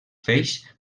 feix